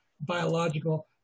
biological